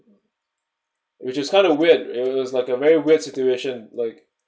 which is kind of weird it was like a very weird situation like